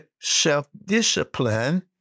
self-discipline